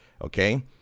okay